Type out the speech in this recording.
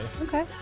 okay